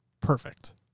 Perfect